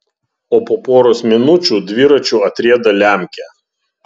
o po poros minučių dviračiu atrieda lemkė